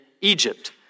Egypt